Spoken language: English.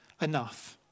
enough